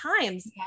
times